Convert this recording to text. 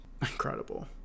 Incredible